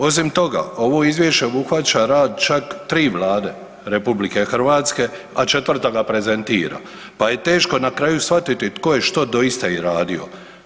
Osim toga, ovo Izvješće obuhvaća rad čak 3 vlade RH, a 4. ga prezentira pa je teško na kraju shvatiti tko je što doista i radio.